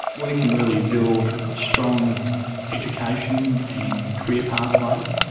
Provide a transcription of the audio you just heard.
we can really built strong education and career pathways,